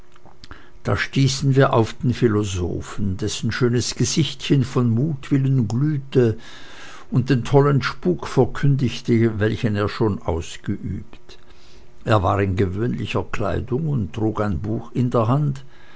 da stießen wir auf den philosophen dessen schönes gesichtchen vor mutwillen glühte und den tollen spuk verkündigte welchen er schon ausgeübt er war in gewöhnlicher kleidung und trug ein buch in der hand